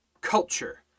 culture